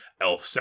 Elf